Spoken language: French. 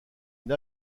une